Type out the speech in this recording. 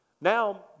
Now